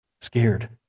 Scared